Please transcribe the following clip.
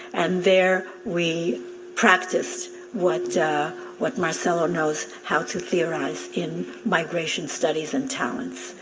and there we practiced what what marcelo knows how to theorize in migration studies and talents.